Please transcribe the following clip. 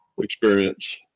experience